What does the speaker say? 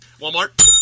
Walmart